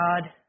God